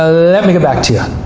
let me get back to you.